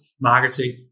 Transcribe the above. marketing